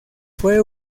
fue